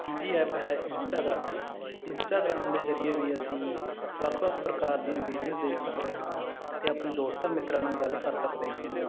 ਤੀਜੀ ਐਪ ਹੈ Instagram Instagram ਦੇ ਜ਼ਰੀਏ ਵੀ ਅਸੀਂ ਵੱਖ ਵੱਖ ਪ੍ਰਕਾਰ ਦੀਆਂ ਵੀਡੀਓਜ਼ ਦੇਖ ਸਕਦੇ ਹਾਂ ਅਤੇ ਆਪਣੇ ਦੋਸਤਾਂ ਮਿੱਤਰਾਂ ਨਾਲ ਗੱਲ ਕਰ ਸਕਦੇ ਹਾਂ